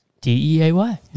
D-E-A-Y